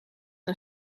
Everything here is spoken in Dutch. een